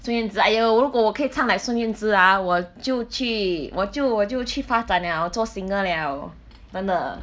孙燕姿 !aiyo! 如果我可以唱 like 孙燕姿 ah 我就去我就我就去发展 liao 做 singer liao 真的